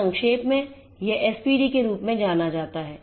तो संक्षेप में यह एसपीडी के रूप में जाना जाता है